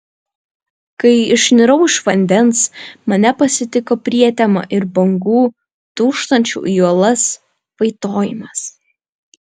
kai išnirau iš vandens mane pasitiko prietema ir bangų dūžtančių į uolas vaitojimas